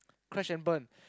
crash and burn